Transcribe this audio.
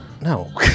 No